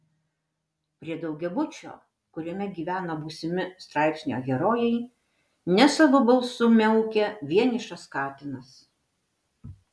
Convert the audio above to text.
prie daugiabučio kuriame gyvena būsimi straipsnio herojai nesavu balsu miaukia vienišas katinas